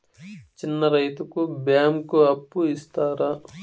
చిన్న రైతుకు బ్యాంకు అప్పు ఇస్తారా?